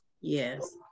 yes